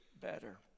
better